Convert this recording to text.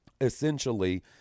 essentially